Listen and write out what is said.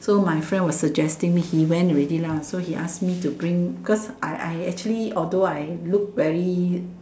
so my friend was suggesting me he went already lah so he ask me to bring because I I actually although I look very